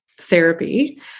therapy